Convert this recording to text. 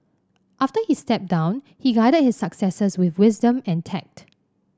after he stepped down he guided his successors with wisdom and tact